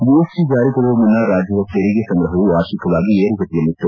GS ಟ ಜಾರಿಗೊಳ್ಳುವ ಮುನ್ನ ರಾಜ್ಜದ ತೆರಿಗೆ ಸಂಗ್ರಹವು ವಾರ್ಷಿಕವಾಗಿ ಏರುಗತಿಯಲ್ಲಿತ್ತು